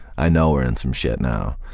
i know we're in some shit now.